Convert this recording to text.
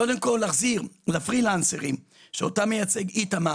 קודם כל להחזיר לפרילנסרים, שאותם מייצג איתמר,